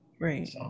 Right